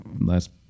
last